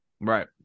Right